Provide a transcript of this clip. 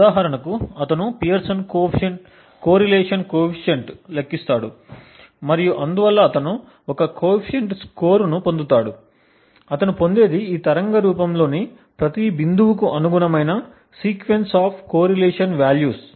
ఉదాహరణకు అతను Pearson correlation coefficient Pearson's correlation coefficient లెక్కిస్తాడు మరియు అందువల్ల అతను ఒక కోఫిసిఎంట్ స్కోరు ను పొందుతాడు అతను పొందేది ఈ తరంగ రూపంలోని ప్రతి బిందువుకు అనుగుణమైన సీక్వెన్స్ ఆఫ్ కోరిలేషన్ వాల్యూస్